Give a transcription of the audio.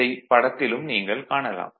இதைப் படத்திலும் நீங்கள் காணலாம்